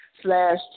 slash